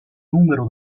numero